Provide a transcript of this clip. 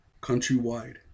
countrywide